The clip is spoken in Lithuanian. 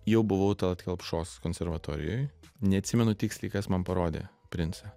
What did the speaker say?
jau buvau tallat kelpšos konservatorijoj neatsimenu tiksliai kas man parodė princą